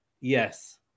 Yes